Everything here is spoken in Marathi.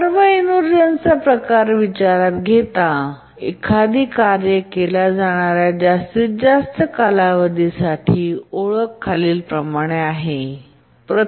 सर्व इन्व्हरझन चा प्रकार विचारात घेताना एखादी कार्ये केल्या जाणार्या जास्तीतजास्त कालावधीची ओळख खालीलप्रमाणे आहे